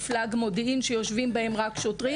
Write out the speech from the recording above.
מפלג מודיעין שיושבים בהם רק שוטרים.